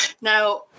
Now